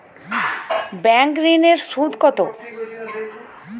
Bank ঋন এর সুদ কত?